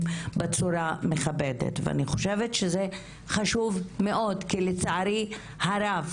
את העבודה שלי בצורה המכובדת ואני חושבת שזה חשוב מאוד כי לצערי הרב